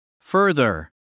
Further